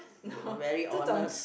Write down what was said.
really honest